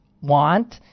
want